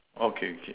okay okay